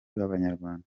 b’abanyarwanda